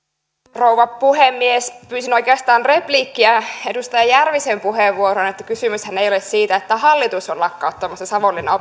rouva puhemies pyysin oikeastaan repliikkiä edustaja järvisen puheenvuoroon kysymyshän ei ole siitä että hallitus on lakkauttamassa savonlinnan